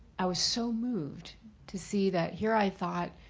i was so moved to see that here i thought,